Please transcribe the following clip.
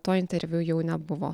to interviu jau nebuvo